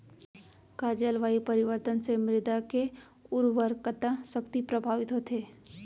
का जलवायु परिवर्तन से मृदा के उर्वरकता शक्ति प्रभावित होथे?